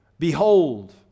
Behold